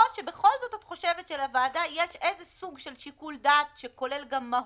או שבכל זאת את חושבת שלוועדה יש איזה סוג של שיקול דעת שכולל גם מהות,